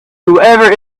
whoever